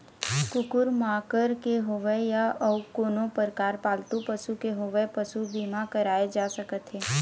कुकुर माकर के होवय या अउ कोनो परकार पालतू पशु के होवय पसू बीमा कराए जा सकत हे